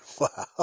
Wow